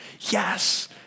Yes